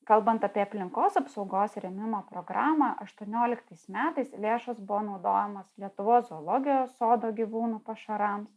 kalbant apie aplinkos apsaugos rėmimo programą aštuonioliktais metais lėšos buvo naudojamos lietuvos zoologijos sodo gyvūnų pašarams